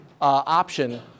option